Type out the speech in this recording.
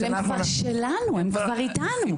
אבל הם כבר שלנו, הם כבר איתנו.